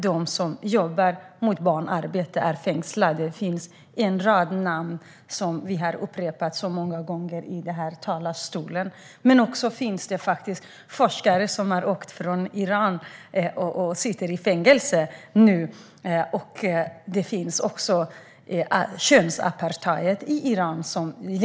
De som jobbar mot barnarbete är fängslade - det är en rad namn som vi har upprepat många gånger i den här talarstolen. Det finns också forskare från Iran som sitter i fängelse. Det råder könsapartheid i Iran.